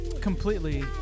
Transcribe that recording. Completely